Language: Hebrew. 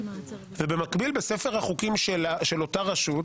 ובמקביל בספר החוקים של אותה רשות,